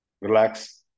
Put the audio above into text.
relax